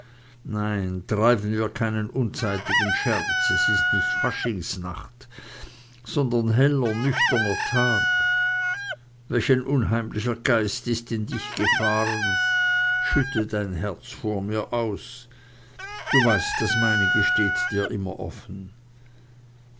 nein treiben wir keinen unzeitigen scherz es ist nicht faschingsnacht sondern heller nüchterner tag welch ein unheimlicher geist ist in dich gefahren schütte dein herz vor mir aus du weißt das meinige steht dir immer offen